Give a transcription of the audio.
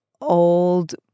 old